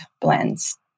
blends